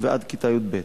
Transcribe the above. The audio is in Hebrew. ועד כיתה י"ב.